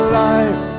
life